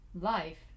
Life